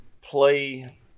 play